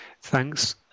thanks